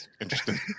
interesting